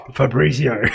fabrizio